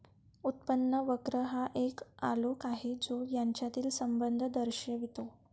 उत्पन्न वक्र हा एक आलेख आहे जो यांच्यातील संबंध दर्शवितो